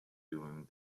doing